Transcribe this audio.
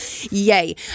Yay